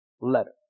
letter